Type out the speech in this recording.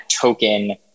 token